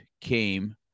came